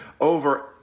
over